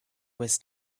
was